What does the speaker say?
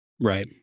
Right